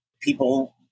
people